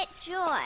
joy